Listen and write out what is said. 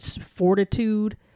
fortitude